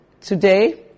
Today